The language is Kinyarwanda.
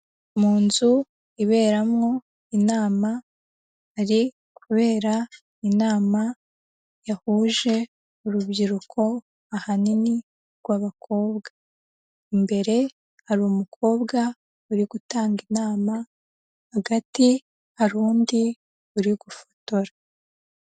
Mu nzu iberamwo inama, hari kubera inama yahuje urubyiruko, ahanini rw'abakobwa, imbere hari umukobwa uri gutanga inama, hagati hari undi uri gufotora.